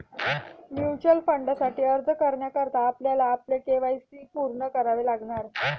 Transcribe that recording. mutual फंडासाठी अर्ज करण्याकरता आपल्याला आपले के.वाय.सी पूर्ण करावे लागणार